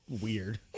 weird